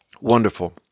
Wonderful